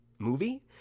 Movie